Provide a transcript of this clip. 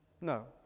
No